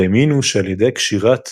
והאמינו שעל ידי קשירת